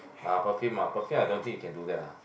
ah perfume ah perfume I don't think you can do that lah